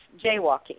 jaywalking